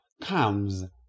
comes